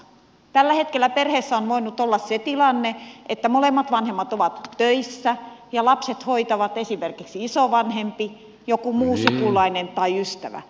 tällä hetkellä perheissä on voinut olla se tilanne että molemmat vanhemmat ovat töissä ja lapset hoitaa esimerkiksi isovanhempi joku muu sukulainen tai ystävä